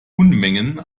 unmengen